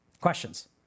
Questions